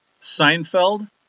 Seinfeld